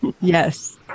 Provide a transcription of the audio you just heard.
Yes